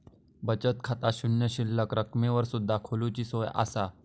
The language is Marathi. बचत खाता शून्य शिल्लक रकमेवर सुद्धा खोलूची सोया असा